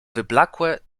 wyblakłe